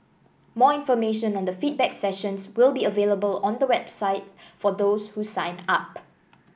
more information on the feedback sessions will be available on the website for those who sign up